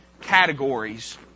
categories